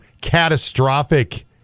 catastrophic